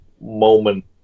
moment